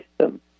system